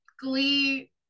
glee